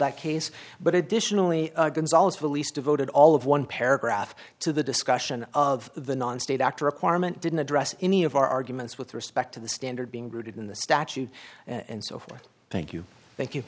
that case but additionally gonzales release devoted all of one paragraph to the discussion of the non state actor requirement didn't address any of our arguments with respect to the standard being rooted in the statute and so forth thank you thank you